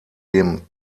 dem